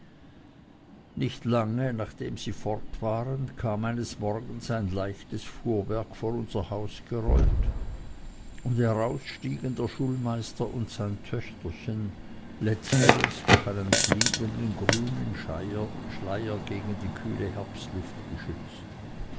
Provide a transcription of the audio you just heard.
nicht lange nachdem sie fort waren kam eines morgens ein leichtes fuhrwerk vor unser haus gerollt und heraus stiegen der schulmeister und sein töchterchen letzteres durch einen fliegenden grünen schleier gegen die kühle herbstluft geschützt